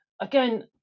again